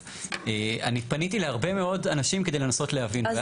אני פניתי להרבה מאוד אנשים כדי לנסות להבין.